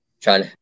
trying